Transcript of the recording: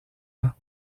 ans